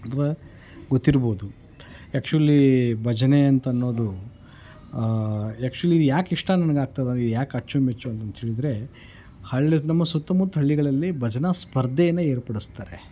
ಗೊತ್ತಿರ್ಬೋದು ಆ್ಯಕ್ಚುಲೀ ಭಜನೆ ಅಂತ ಅನ್ನೋದು ಆ್ಯಕ್ಚುಲಿ ಯಾಕೆ ಇಷ್ಟ ನನಗಾಗ್ತದೆ ಅದು ಯಾಕೆ ಅಚ್ಚುಮೆಚ್ಚು ಅಂತ ಹೇಳಿದರೆ ಹಳ್ಳಿದ್ ನಮ್ಮ ಸುತ್ತಮುತ್ತ ಹಳ್ಳಿಗಳಲ್ಲಿ ಭಜನೆ ಸ್ಪರ್ಧೆಯನ್ನು ಏರ್ಪಡಿಸ್ತಾರೆ